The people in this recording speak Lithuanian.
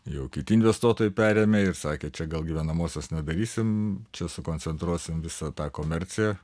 jau kiti investuotojai perėmė ir sakė čia gal gyvenamosios nedarysim čia sukoncentruosime visą tą komerciją